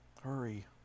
Hurry